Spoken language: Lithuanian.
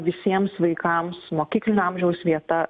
visiems vaikams mokyklinio amžiaus vieta